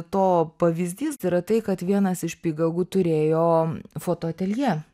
to pavyzdys yra tai kad vienas iš pigagų turėjo fotoatelje